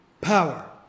power